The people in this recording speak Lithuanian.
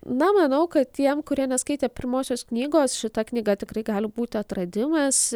na manau kad tiem kurie neskaitė pirmosios knygos šita knyga tikrai gali būti atradimas